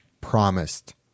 promised